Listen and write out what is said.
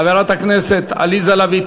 חברת הכנסת עליזה לביא,